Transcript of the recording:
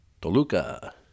Toluca